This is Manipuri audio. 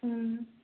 ꯎꯝ